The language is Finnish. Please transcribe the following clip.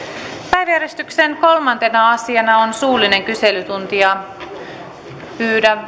päiväjärjestyksen kolmantena asiana on suullinen kyselytunti pyydän